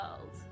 world